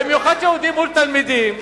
במיוחד כשעומדים מול תלמידים,